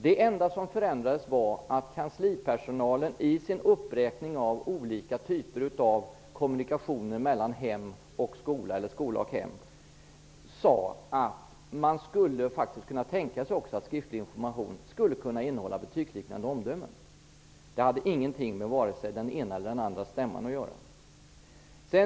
Det enda som förändrades var att kanslipersonalen i sin uppräkning av olika typer av kommunikation mellan hem och skola eller skola och hem, sade att man också skulle kunna tänka sig att skriftlig information skulle kunna innehålla betygsliknande omdömen. Det hade ingenting med vare sig den ena eller den andra stämman att göra.